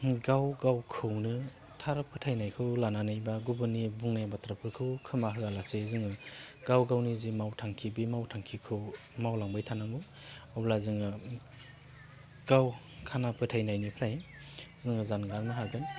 गाव गावखौनो थार फोथायनायखौ लानानै बा गुबुननि बुंनाय बाथ्राफोरखौ खोमा होआलासे जोङो गाव गावनि जे मावथांखि बे मावथांखिखौ मावलांबाय थानांगौ अब्ला जोङो गाव खाना फोथायनायनिफ्राय जोङो जानगारनो हागोन